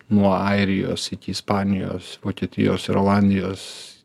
nuo airijos iki ispanijos vokietijos ir olandijos